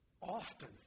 Often